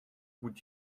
would